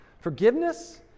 Forgiveness